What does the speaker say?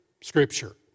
Scripture